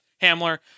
Hamler